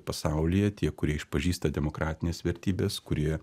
pasaulyje tie kurie išpažįsta demokratines vertybes kurie